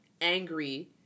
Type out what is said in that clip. angry